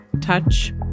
touch